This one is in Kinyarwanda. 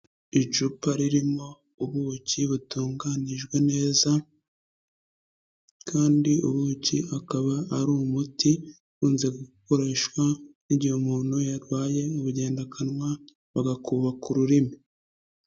Icupa ririmo ubuki butunganijwe neza, kandi ubuki akaba ari umuti ukunze gukoreshwa n'igihe umuntu yarwaye ubugendakanwa bagakuba k'ururimi.